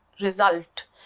result